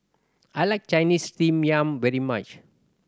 I like Chinese Steamed Yam very much